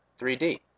3D